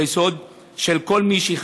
לפני שבועיים,